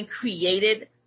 created